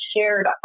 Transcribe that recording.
shared